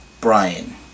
Brian